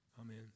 Amen